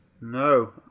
No